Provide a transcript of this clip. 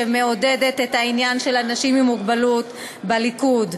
שמעודדת את העניין של אנשים עם מוגבלות בליכוד,